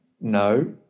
No